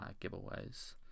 giveaways